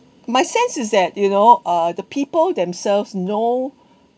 my sense is that you know uh the people themselves know